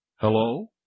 Hello